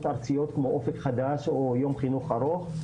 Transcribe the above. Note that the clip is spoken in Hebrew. ארציות כמו "אופק חדש" או יום חינוך ארוך.